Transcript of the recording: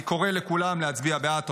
אני קורא לכולם להצביע בעד.